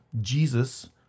Jesus